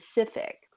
specific